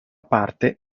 parte